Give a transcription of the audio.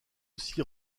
aussi